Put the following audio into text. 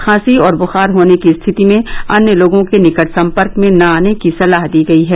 खांसी और बुखार होने की स्थिति में अन्य लोगों के निकट संपर्क में न आने की सलाह दी गई है